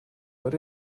but